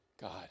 God